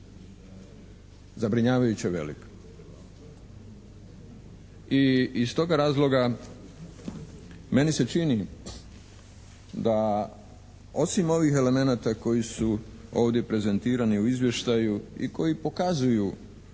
Zabrinjavajuće velik. I iz toga razloga meni se čini da osim ovih elemenata koji su ovdje prezentirani u Izvještaju i koji pokazuju,